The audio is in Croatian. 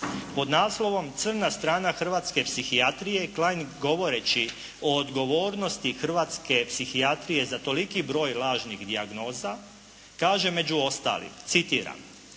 Pod naslovom "Crna strana hrvatske psihijatrije" Klein govoreći o odgovornosti hrvatske psihijatrije za toliko broj lažnih dijagnoza, kaže među ostalim, citiram: